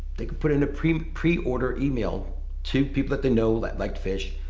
they can put in a pre pre order email to people that they know that like fish,